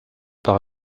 par